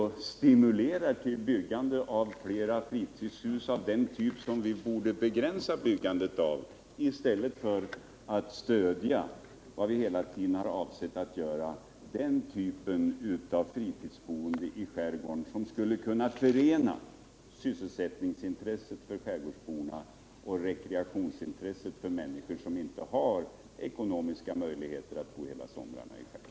Vi stimulerar alltså till byggande av flera fritidshus av en typ, vars byggande egentligen borde begränsas, i stället för att som vi hela tiden har avsett att göra stödja den typ av fritidsboende i skärgården som skulle kunna förena sysselsättningsintresset för skärgårdsborna och rekreationsintresset för människor som inte har ekonomiska möjligheter att bo hela sommaren i skärgården.